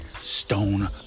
stone